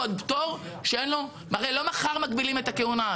ועוד פטור שאין לו הרי לא מחר מגבילים את הכהונה.